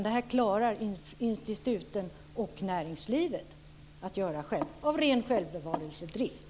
Detta klarar instituten och näringslivet att göra själva av ren självbevarelsedrift.